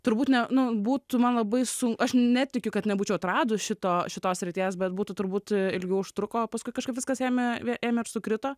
turbūt ne nu būtų man labai sun aš netikiu kad nebūčiau atradus šito šitos srities bet būtų turbūt ilgiau užtruko paskui kažkaip viskas ėmė ėmė ir sukrito